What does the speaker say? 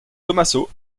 tommaso